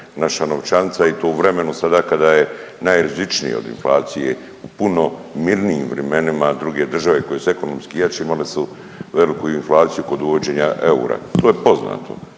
naša novčanica i to u vremenu sada kada je najrizičnije od inflacije u puno mirnijim vremenima. Druge države koje su ekonomski jače imale su veliku inflaciju kod uvođenja eura. To je poznato